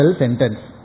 sentence